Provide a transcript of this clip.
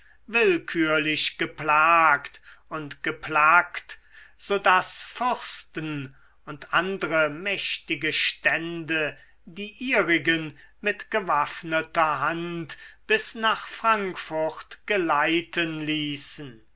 willkürlich geplagt und geplackt so daß fürsten und andre mächtige stände die ihrigen mit gewaffneter hand bis nach frankfurt geleiten ließen